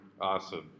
Awesome